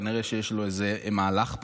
כנראה שיש לו איזה מהלך פה.